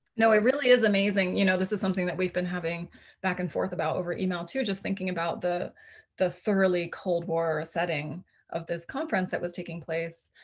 no, it really is amazing. you know this is something that we've been having back and forth about over email too. just thinking about the the thoroughly cold war setting of this conference that was taking place.